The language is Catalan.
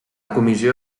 comissió